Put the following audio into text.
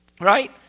right